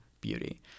beauty